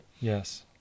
yes